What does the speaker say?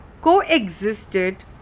coexisted